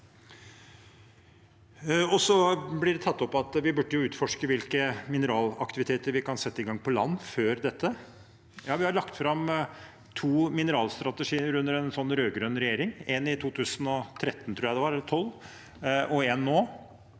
vi burde utforske hvilke mineralaktiviteter vi kan sette i gang på land før dette. Vi har lagt fram to mineralstrategier under en rød-grønn regjering – en i 2013 og en nå, men det